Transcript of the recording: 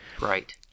Right